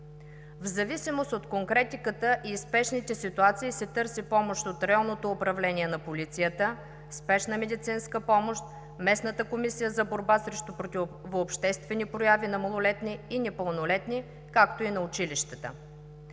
В зависимост от конкретиката и спешните ситуации се търси помощ от районното управление на полицията, спешна медицинска помощ, местната Комисия за борба с противообществени прояви на малолетни и непълнолетни, както и на училищата.